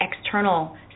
external